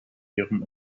ihrem